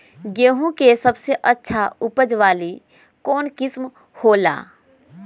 गेंहू के सबसे अच्छा उपज वाली कौन किस्म हो ला?